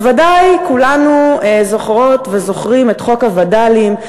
בוודאי כולנו זוכרות וזוכרים את חוק הווד"לים,